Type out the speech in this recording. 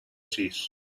sis